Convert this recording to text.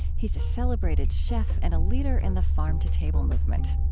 he's a celebrated chef and a leader in the farm to table movement